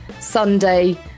Sunday